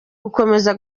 gukomeza